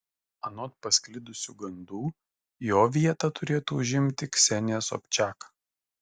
anot pasklidusių gandų jo vietą turėtų užimti ksenija sobčiak